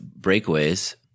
breakaways